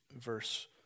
verse